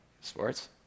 Sports